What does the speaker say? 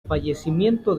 fallecimiento